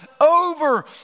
over